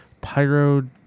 Pyro